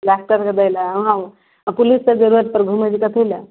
डॉकटरके दै ले हँ आओर पुलिस जे रोडपर घुमै छै कथी ले